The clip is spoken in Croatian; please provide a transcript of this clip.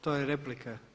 To je replika?